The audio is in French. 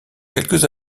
quelques